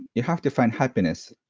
you have to find happiness,